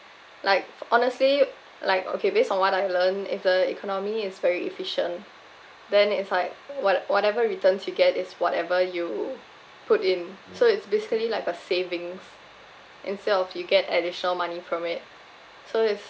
like honestly like okay based on what I learned if the economy is very efficient then it's like what~ whatever returns you get is whatever you put in so it's basically like a savings instead of you get additional money from it so it's